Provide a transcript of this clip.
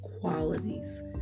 qualities